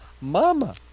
mama